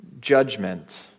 judgment